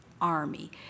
army